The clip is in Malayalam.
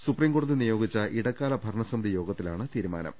സുപ്രീം കോടതി നിയോഗിച്ച ഇടക്കാല് ഭർണസമിതി യോഗത്തിലാണ് തീരു മാനം